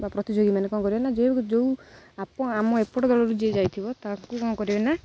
ବା ପ୍ରତିଯୋଗୀ ମାନେ କ'ଣ କରିବେ ନା ଯେ ଆପ ଯୋଉ ଆମ ଏପଟ ଦଳରୁ ଯିଏ ଯାଇଥିବ ତାଙ୍କୁ କ'ଣ କରିବେ ନା